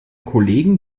kollegen